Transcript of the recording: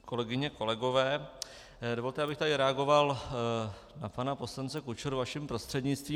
Kolegyně a kolegové, dovolte, abych tady reagoval na pana poslance Kučeru vaším prostřednictvím.